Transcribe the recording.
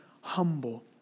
humble